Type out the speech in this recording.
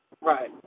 Right